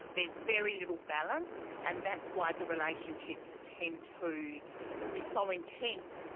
there's very little balance, and that's why the relationships tend to be so intense.